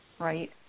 Right